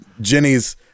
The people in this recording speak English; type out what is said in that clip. Jenny's